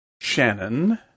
Shannon